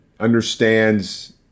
understands